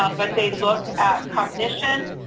ah but they look at cognition,